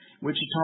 Wichita